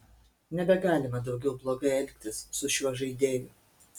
nebegalima daugiau blogai elgtis su šiuo žaidėju